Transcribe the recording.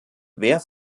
wer